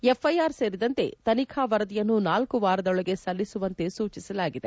FIR ಸೇರಿದಂತೆ ತನಿಖಾ ವರದಿಯನ್ನು ನಾಲ್ಲು ವಾರದೊಳಗೆ ಸಲ್ಲಿಸುವಂತೆ ಸೂಚಿಸಲಾಗಿದೆ